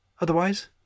Otherwise